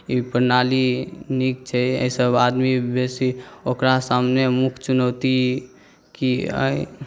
ई प्रणाली नीक छै एहि सब आदमी बेसी ओकरा सामने मुख चुनौती की अछि